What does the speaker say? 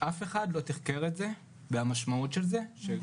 אף אחד לא תחקר את זה והמשמעות של זה --- כן,